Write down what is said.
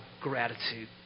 gratitude